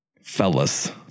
Fellas